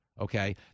Okay